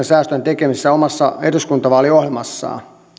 säästöjen tekemistä omassa eduskuntavaaliohjelmassaan